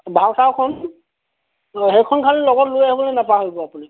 ভাউচাৰখন সেইখন খালী লগত লৈ আহিবলৈ নেপাহৰিব আপুনি